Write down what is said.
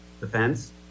defense